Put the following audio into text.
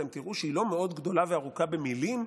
אתם תראו שהיא לא מאוד גדולה וארוכה במילים,